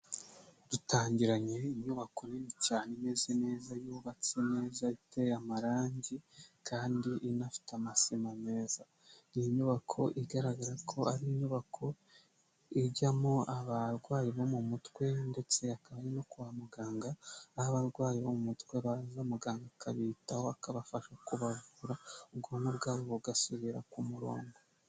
Dutangiranye inyubako nini cyane imeze neza yubatse neza iteye amarangi kandi inafite amasima meza. Ni inyubako igaragara ko ari inyubako ijyamo abarwayi bo mu mutwe ndetse akaba no kwa muganga, aho abarwayi bo mu mutwe baza muganga akabitaho akabafasha kubavura ubwonko bwabo bugasubira ku murongo.